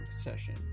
session